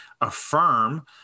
affirm